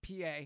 pa